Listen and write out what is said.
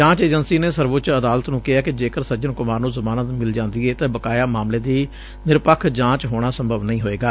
ਜਾਂਚ ਏਜੰਸੀ ਨੇ ਸਰਵਉੱਚ ਅਦਾਲਤ ਨੁੰ ਕਿਹੈ ਕਿ ਜੇਕਰ ਸੱਜਨ ਕੁਮਾਰ ਨੁੰ ਜ਼ਮਾਨਤ ਮਿਲ ਜਾਂਦੀ ਏ ਤਾਂ ਬਕਾਇਆ ਮਾਮਲੇ ਦੀ ਨਿਰਪੱਖ ਜਾਂਚ ਹੋਣਾ ਸੰਭਵ ਨਹੀਂ ਹੋਏਗਾ